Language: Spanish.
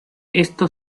esto